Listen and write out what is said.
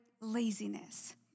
laziness